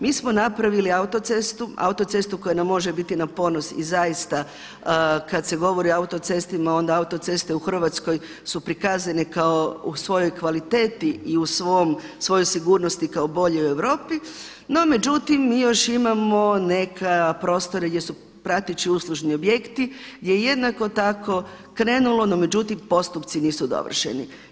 Mi smo napravili autocestu, autocestu koja nam može biti na ponos i zaista kad se govori o autocestama onda autoceste u Hrvatskoj su prikazane kao u svojoj kvaliteti i u svojoj sigurnosti kao bolji u Europi no međutim mi još imamo neka prostore gdje su prateći uslužni objekti gdje je jednako tako krenulo no međutim postupci nisu dovršeni.